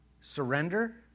surrender